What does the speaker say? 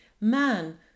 Man